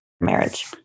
marriage